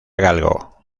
galgo